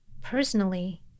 Personally